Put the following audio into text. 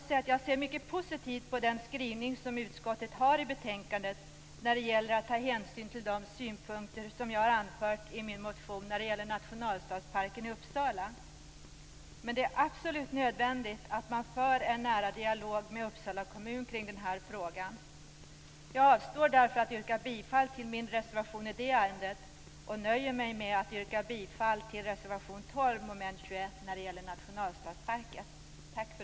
Jag ser mycket positivt på den skrivning som utskottet har i betänkandet när det gäller att ta hänsyn till de synpunkter som jag har anfört i min motion om nationalstadsparken i Uppsala, men det är absolut nödvändigt att man för en nära dialog med Uppsala kommun i den här frågan. Jag avstår därför från att yrka bifall till min reservation i det ärendet och nöjer mig med att yrka bifall till reservation 12 under mom. 21 angående nationalstadsparker.